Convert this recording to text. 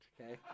okay